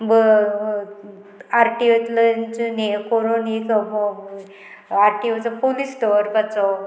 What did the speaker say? आरटीओतल्यान जून हे करून एक आरटीओ पोलीस दवरपाचो